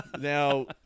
Now